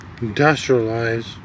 industrialize